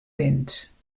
vents